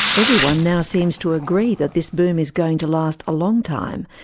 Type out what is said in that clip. everyone now seems to agree that this boom is going to last a long time,